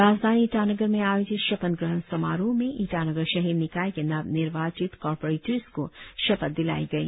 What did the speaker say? राजधानी ईटानगर में आयोजित शपथ ग्रहण समारोह में ईटानगर शहरी निकाय के नव निर्वाचित कारपोरेटर्स को शपथ दिलाई गई